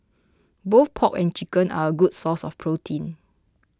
both pork and chicken are a good source of protein